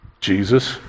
Jesus